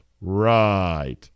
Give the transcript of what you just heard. Right